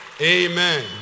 Amen